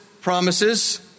promises